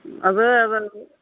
ಅದಾ ಅದಾ ರೀ